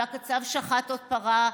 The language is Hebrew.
והקצב שחט עוד פרה,